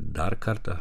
dar kartą